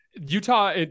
Utah